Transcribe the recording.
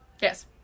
Yes